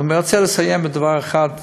אבל אני רוצה לסיים בדבר אחד,